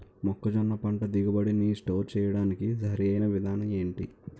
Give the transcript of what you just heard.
మొక్కజొన్న పంట దిగుబడి నీ స్టోర్ చేయడానికి సరియైన విధానం ఎంటి?